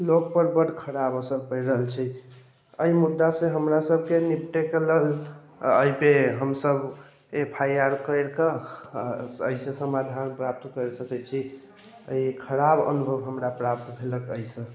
लोकपर बड्ड खराब असर पड़ि रहल छै एहि मुद्दासँ हमरासभके निपटयके लेल एहिपर हमसभ एफ आइ आर करि कऽ एहिसँ समाधान प्राप्त करि सकै छी एहि खराब अनुभव हमरा प्राप्त भेलक अइसँ